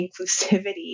inclusivity